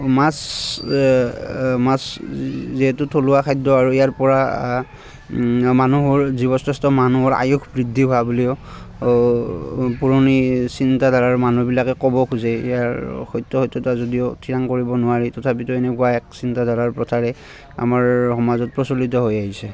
মাছ মাছ যিহেতু থলুৱা খাদ্য আৰু ইয়াৰ পৰা মানুহৰ জীৱশ্ৰেষ্ঠ মানুহৰ আয়ুস বৃদ্ধি হোৱা বুলিও পুৰণি চিন্তাধাৰাৰ মানুহবিলাকে ক'ব খুজে ইয়াৰ সত্য সত্যতা যদিও ঠিৰাং কৰিব নোৱাৰি তথাপিতো এনেকুৱা এক চিন্তাধাৰাৰ প্ৰথাৰে আমাৰ সমাজত প্ৰচলিত হৈ আহিছে